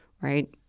right